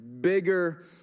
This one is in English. bigger